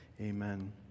amen